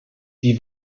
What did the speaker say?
die